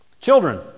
Children